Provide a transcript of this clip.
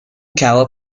کباب